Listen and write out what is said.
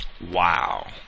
wow